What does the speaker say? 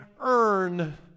earn